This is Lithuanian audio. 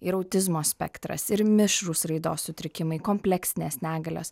ir autizmo spektras ir mišrūs raidos sutrikimai kompleksinės negalios